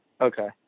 Okay